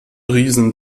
riesen